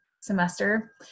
semester